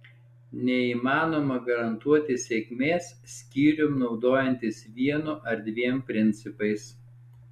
neįmanoma garantuoti sėkmės skyrium naudojantis vienu ar dviem principais